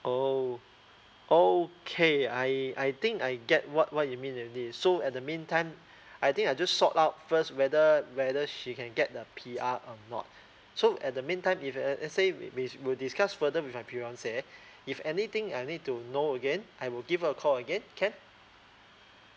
oh okay I I think I get what what you mean already so at the meantime I think I just sort out first whether whether she can get the P_R or not so at the meantime if uh let's say we we will discuss further with my fiancee if anything I need to know again I will give you a call again can